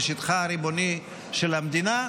בשטחה הריבוני של המדינה,